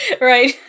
right